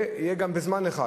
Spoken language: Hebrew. ויהיה גם בזמן אחד,